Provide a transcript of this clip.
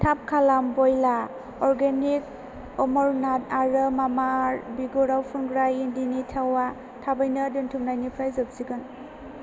थाब खालाम व'यला अरगेनिक अमरनाथ आरो मामाआर्थ बिगुराव फुनग्रा इन्दिनि थावआ थाबैनो दोनथुमनायनिफ्राय जोबसिगोन